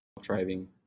driving